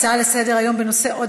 הצעה לסדר-היום מס' 9293,